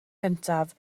gyntaf